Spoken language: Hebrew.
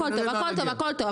הכל טוב,